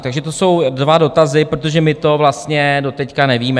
Takže to jsou dva dotazy, protože my to vlastně doteď nevíme.